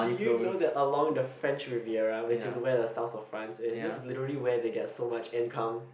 did you know that along the French Riviera which is where the South of France is this is literally where they get so much income